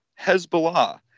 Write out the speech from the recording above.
Hezbollah